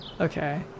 Okay